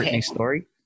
story